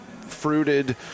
fruited